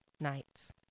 nights